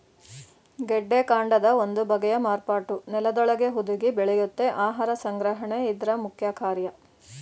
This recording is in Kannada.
ಗೆಡ್ಡೆಕಾಂಡದ ಒಂದು ಬಗೆಯ ಮಾರ್ಪಾಟು ನೆಲದೊಳಗೇ ಹುದುಗಿ ಬೆಳೆಯುತ್ತೆ ಆಹಾರ ಸಂಗ್ರಹಣೆ ಇದ್ರ ಮುಖ್ಯಕಾರ್ಯ